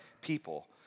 people